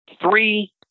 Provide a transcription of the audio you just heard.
three